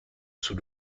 sous